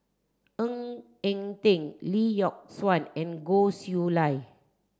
Ng Eng Teng Lee Yock Suan and Goh Chiew Lye